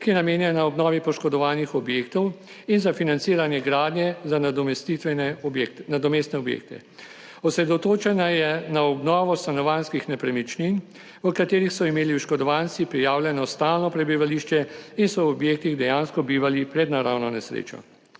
je namenjena obnovi poškodovanih objektov in za financiranje gradnje za nadomestne objekte. Osredotočena je na obnovo stanovanjskih nepremičnin, v katerih so imeli oškodovanci prijavljeno stalno prebivališče in so v objektih dejansko bivali pred naravno nesrečo.